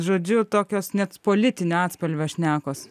žodžiu tokios net politinio atspalvio šnekos